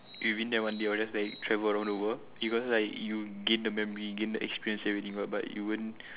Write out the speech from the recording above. within that one day I will just like travel around the world because like you gain the memory gain the experience everything already but but you won't